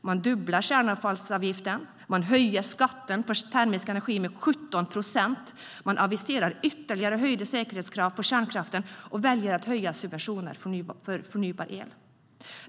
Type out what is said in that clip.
Man dubblar kärnavfallsavgiften, höjer skatten på termisk energi med 17 procent, aviserar ytterligare höjda säkerhetskrav på kärnkraften och väljer att höja subventionerna för förnybar el.